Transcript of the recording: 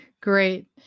great